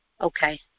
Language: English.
Okay